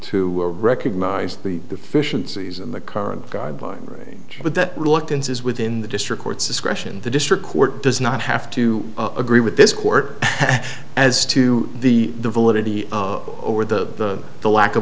to recognize the deficiencies in the current guidelines range but that reluctance is within the district court's discretion the district court does not have to agree with this court as to the the validity over the the lack of